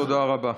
תודה רבה.